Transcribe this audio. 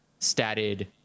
statted